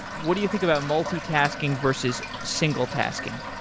what do you think about multi-tasking versus single-tasking?